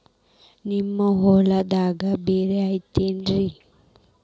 ನಿಮ್ಮ ಹೊಲ್ದಾಗ ಬೋರ್ ಐತೇನ್ರಿ?